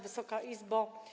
Wysoka Izbo!